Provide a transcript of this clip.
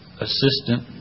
assistant